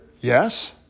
Yes